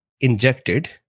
injected